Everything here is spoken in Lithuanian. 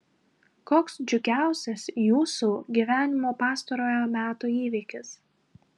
koks džiugiausias jūsų gyvenimo pastarojo meto įvykis